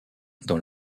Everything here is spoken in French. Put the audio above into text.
dans